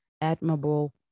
admirable